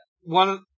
one